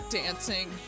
dancing